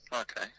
Okay